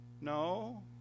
No